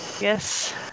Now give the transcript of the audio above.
Yes